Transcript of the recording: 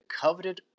coveted